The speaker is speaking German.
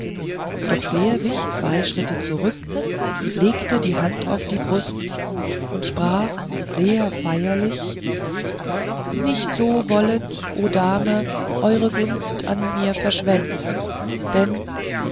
doch der wich zwei schritte zurück legte die hand auf die brust und sprach sehr feierlich nicht so wollet o dame eure gunst an mir verschwenden denn